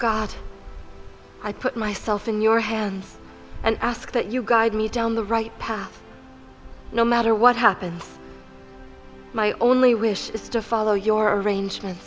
god i put myself in your hands and ask that you guide me down the right path no matter what happens my only wish is to follow your arrangements